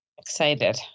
Excited